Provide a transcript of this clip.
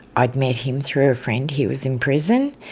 i'd met him through a friend, he was in prison,